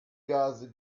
gase